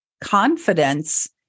Confidence